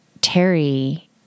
Terry